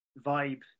vibe